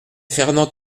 fernand